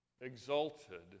exalted